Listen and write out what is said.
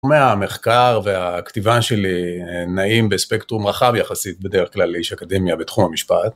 מהמחקר והכתיבה שלי נעים בספקטרום רחב יחסית בדרך כלל לאיש אקדמיה בתחום המשפט